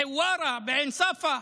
בחווארה, בעין ספא.